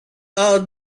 are